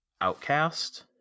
outcast